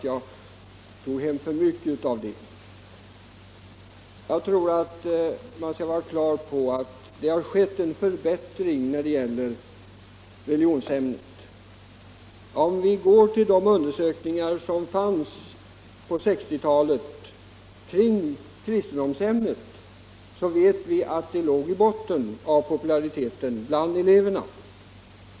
Jag tror man bör vara på det klara med att det har skett en: förbättring i fråga om religionskunskapsämnet. Vi vet av de undersökningar om kristendomsämnet som gjordes på 1960-talet att det låg i bottert i popularitet bland eleverna.